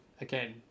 again